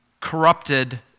corrupted